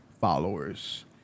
followers